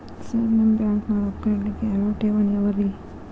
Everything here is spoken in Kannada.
ಸರ್ ನಿಮ್ಮ ಬ್ಯಾಂಕನಾಗ ರೊಕ್ಕ ಇಡಲಿಕ್ಕೆ ಯಾವ್ ಯಾವ್ ಠೇವಣಿ ಅವ ರಿ?